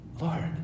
Lord